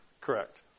Correct